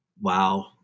Wow